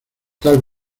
tal